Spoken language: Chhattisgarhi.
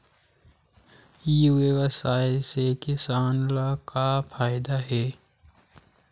ई व्यवसाय से किसान ला का फ़ायदा हे?